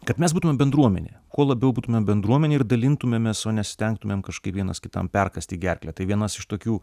kad mes būtumėm bendruomenė kuo labiau būtumėm bendruomenė ir dalintumėmės o nesistengtumėm kažkaip vienas kitam perkąsti gerklę tai vienas iš tokių